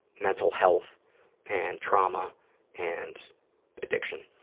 mental health and trauma and addiction.